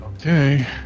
Okay